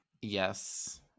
Yes